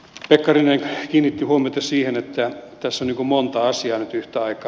pekkarinen kiinnitti huomiota siihen että tässä on monta asiaa nyt yhtä aikaa